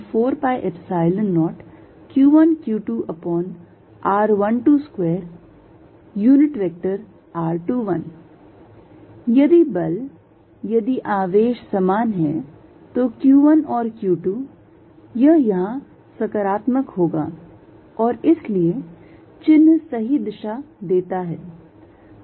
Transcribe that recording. F1 14π0q1q2r122r21 यदि बल यदि आवेश समान हैं तो q1 और q2 यह यहाँ सकारात्मक होगा और इसलिए चिन्ह सही दिशा देता है